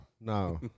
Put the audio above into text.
No